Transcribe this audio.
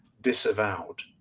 disavowed